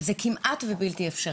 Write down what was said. זה כמעט ובלתי אפשרי,